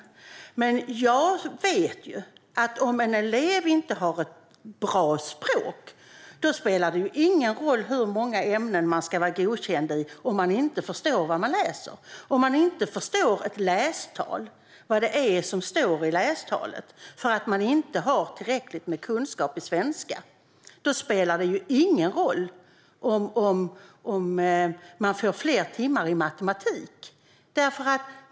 Men jag vet att om en elev inte har ett bra språk spelar det ingen roll hur många ämnen man ska vara godkänd i. Om man inte förstår vad man läser, och om man inte förstår ett lästal och vad som står där för att man inte har tillräckligt med kunskap i svenska spelar det ingen roll om man får fler timmar i matematik.